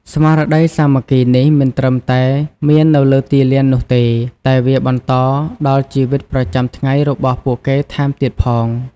ស្មារតីសាមគ្គីនេះមិនត្រឹមតែមាននៅលើទីលាននោះទេ តែវាបន្តដល់ជីវិតប្រចាំថ្ងៃរបស់ពួកគេថែមទៀតផង។